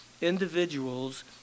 individuals